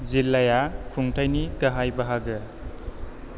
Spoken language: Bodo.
जिल्लाया खुंथाइनि गाहाइ बाहागो